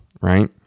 right